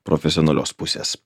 profesionalios pusės